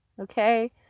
okay